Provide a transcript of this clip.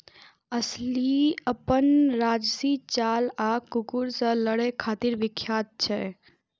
असील अपन राजशी चाल आ कुकुर सं लड़ै खातिर विख्यात छै